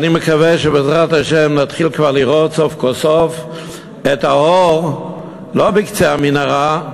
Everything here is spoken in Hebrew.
אני מקווה שבעזרת השם נתחיל לראות סוף כל סוף את האור לא בקצה המנהרה,